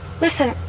Listen